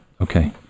Okay